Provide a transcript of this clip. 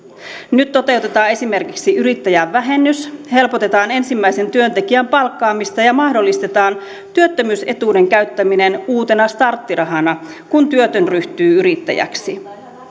nyt toteutetaan esimerkiksi yrittäjävähennys helpotetaan ensimmäisen työntekijän palkkaamista ja mahdollistetaan työttömyysetuuden käyttäminen uutena starttirahana kun työtön ryhtyy yrittäjäksi